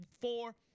four